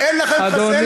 אל תגיד